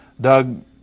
Doug